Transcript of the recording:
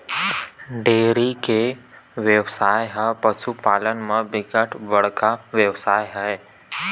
dairy के बेवसाय ह पसु पालन म बिकट बड़का बेवसाय होथे